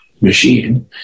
Machine